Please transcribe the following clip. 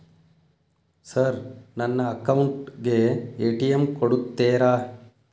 Sir ನನ್ನ account ಗೆ ATM ಕೊಡುತ್ತೇರಾ?